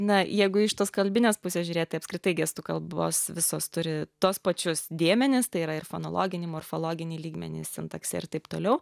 na jeigu iš tos kalbinės pusės žiūrėt tai apskritai gestų kalbos visos turi tuos pačius dėmenis tai yra ir fonologinį morfologinį lygmenys sintaksė ir taip toliau